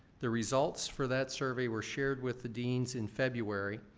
the results for that survey were shared with the deans in february.